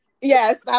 yes